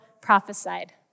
prophesied